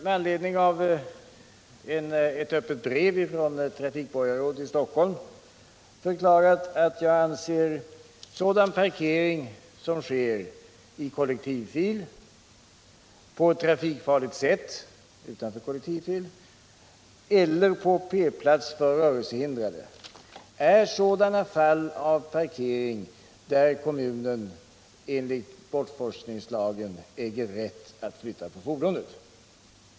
Med anledning av ett öppet brev från trafikborgarrådet i Stockholm har jag förklarat att jag anser att sådan parkering som sker i kollektivfil, på trafikfarligt sätt — utanför kollektivfil — eller på P-plats för rörelsehindrade är sådana fall av parkering där kommunen enligt bortforslingslagen äger rätt att flytta på fordonet.